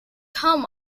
tom